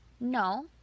No